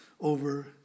over